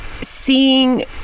seeing